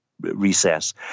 Recess